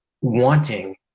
wanting